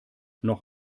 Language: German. noch